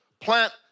plant